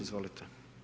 Izvolite.